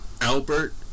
Albert